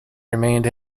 remained